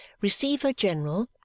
Receiver-General